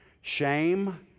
Shame